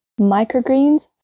microgreens